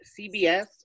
CBS